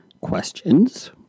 questions